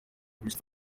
amerika